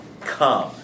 come